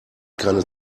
keine